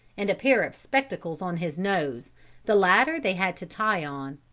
and a pair of spectacles on his nose the latter they had to tie on.